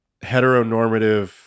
heteronormative